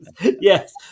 Yes